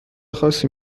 خاصی